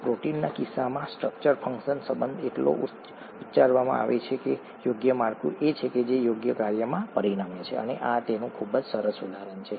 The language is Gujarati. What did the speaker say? તો પ્રોટીનના કિસ્સામાં સ્ટ્રક્ચર ફંક્શન સંબંધ એટલો ઉચ્ચારવામાં આવે છે યોગ્ય માળખું એ છે જે યોગ્ય કાર્યમાં પરિણમે છે અને આ તેનું ખૂબ સરસ ઉદાહરણ છે